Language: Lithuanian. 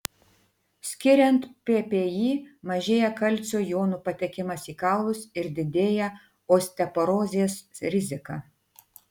skiriant ppi mažėja kalcio jonų patekimas į kaulus ir didėja osteoporozės rizika